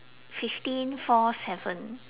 fifteen four seven